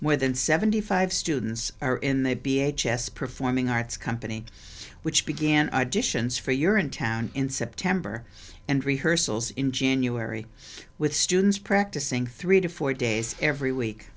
more than seventy five students are in the b h s performing arts company which began additions for you're in town in september and rehearsals in january with students practicing three to four days every week